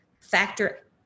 factor